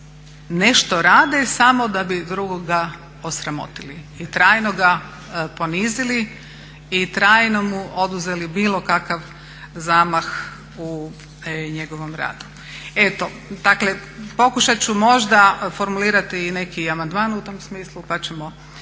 nešto rade samo da bi drugoga osramotili i trajno ga ponizili i trajno mu oduzeli bilo kakav zamah u njegovom radu. Eto, dakle pokušat ću možda formulirati i neki amandman u tom smislu pa ćemo